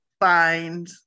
find